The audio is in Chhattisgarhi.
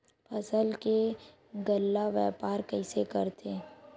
फसल के गल्ला व्यापार कइसे करथे?